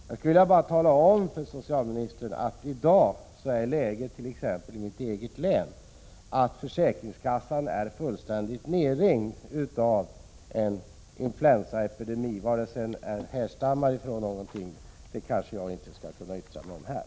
Jag vill bara tala om för socialministern att läget i mitt eget län i dag är det att försäkringskassan är fullständigt nerringd av människor som drabbats av en influensaepidemi. Jag skall emellertid inte yttra mig om varifrån den epidemin härstammar.